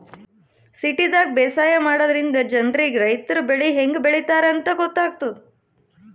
ಸಿಟಿದಾಗ್ ಬೇಸಾಯ ಮಾಡದ್ರಿನ್ದ ಜನ್ರಿಗ್ ರೈತರ್ ಬೆಳಿ ಹೆಂಗ್ ಬೆಳಿತಾರ್ ಅಂತ್ ಗೊತ್ತಾಗ್ತದ್